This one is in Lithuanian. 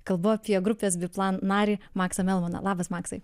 kalbu apie grupės biplan narį maksą melmaną labas maksai